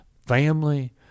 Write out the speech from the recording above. family